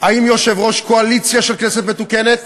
האם יושב-ראש קואליציה של כנסת מתוקנת